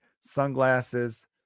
sunglasses